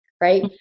right